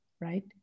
Right